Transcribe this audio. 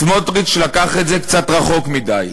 סמוטריץ לקח את זה קצת רחוק מדי.